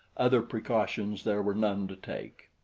other precautions there were none to take.